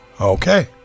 Okay